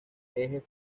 ejes